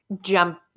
jump